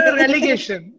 relegation